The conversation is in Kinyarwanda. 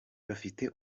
bafite